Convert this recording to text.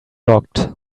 locked